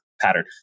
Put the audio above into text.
pattern